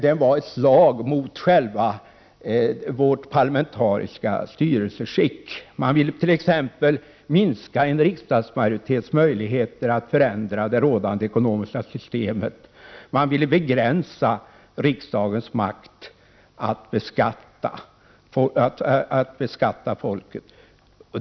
De var ett slag mot själva vårt parlamentariska styrelseskick. Man ville t.ex. minska en riksdagsmajoritets möjligheter att förändra det rådande ekonomiska systemet, och man ville begränsa riksdagens makt att beskatta folket.